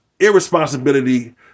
irresponsibility